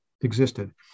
existed